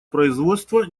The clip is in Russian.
производства